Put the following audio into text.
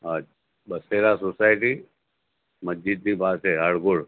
અચ્છ બસેરા સોસાયટી મસ્જીદની પાસે હળગુડ